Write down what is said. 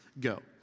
go